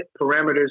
parameters